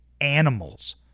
animals